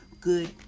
good